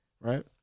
right